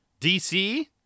DC